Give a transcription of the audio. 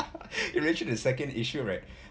eventually a second issue right